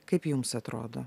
kaip jums atrodo